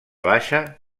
baixa